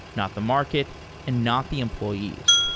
not the market and not the employees.